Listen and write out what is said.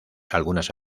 algunas